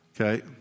okay